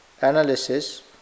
analysis